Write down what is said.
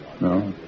No